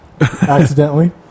Accidentally